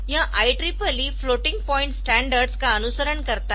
यह IEEE floating point standards का अनुसरण करता है